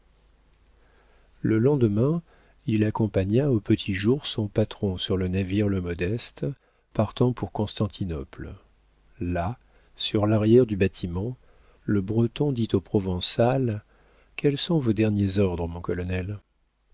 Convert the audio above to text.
le lendemain il accompagna au petit jour son patron sur le navire le modeste partant pour constantinople là sur l'arrière du bâtiment le breton dit au provençal quels sont vos derniers ordres mon colonel